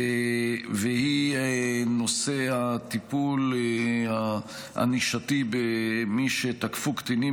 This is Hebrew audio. והיא נושא הטיפול הענישתי במי שתקפו קטינים